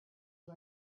you